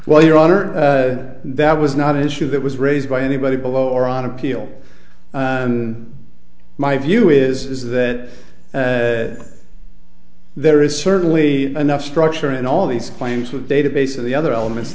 well your honor that was not an issue that was raised by anybody below or on appeal and my view is that there is certainly enough structure in all these claims with a database of the other elements